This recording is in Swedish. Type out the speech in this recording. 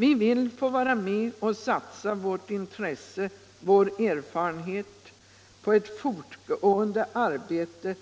Vi vill få vara med och satsa vårt intresse, vår erfarenhet och vårt arbete på